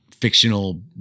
fictional